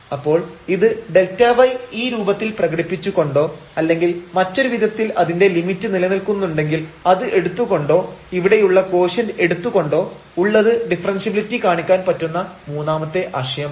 അപ്പോൾ ഇത് Δy ഈ രൂപത്തിൽ പ്രകടിപ്പിച്ചുകൊണ്ടോ അല്ലെങ്കിൽ മറ്റൊരു വിധത്തിൽ അതിന്റെ ലിമിറ്റ് നിലനിൽക്കുന്നുണ്ടെങ്കിൽ അത് എടുത്തു കൊണ്ടോ ഇവിടെയുള്ള കോഷ്യന്റ് എടുത്തു കൊണ്ടോ ഉള്ളത് ഡിഫറെൻഷ്യബിലിറ്റി കാണിക്കാൻ പറ്റുന്ന മൂന്നാമത്തെ ആശയമാണ്